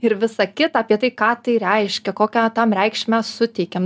ir visą kitą apie tai ką tai reiškia kokią tam reikšmę suteikiam